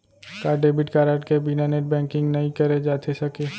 का debit card के बिना नेट बैंकिंग नई करे जाथे सके?